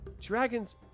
Dragons